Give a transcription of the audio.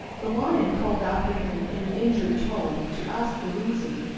the lion called after him in an injured tone to ask the reason,